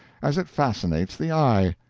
as it fascinates the eye.